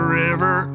river